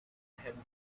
hamburger